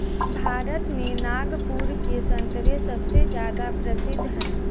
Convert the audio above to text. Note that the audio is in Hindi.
भारत में नागपुर के संतरे सबसे ज्यादा प्रसिद्ध हैं